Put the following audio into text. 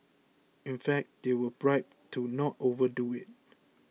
in fact they were bribed to not overdo it